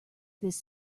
this